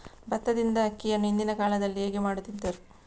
ಭತ್ತದಿಂದ ಅಕ್ಕಿಯನ್ನು ಹಿಂದಿನ ಕಾಲದಲ್ಲಿ ಹೇಗೆ ಮಾಡುತಿದ್ದರು?